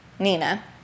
Nina